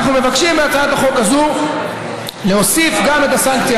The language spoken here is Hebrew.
בהצעת החוק הזו אנחנו מבקשים להוסיף גם את הסנקציה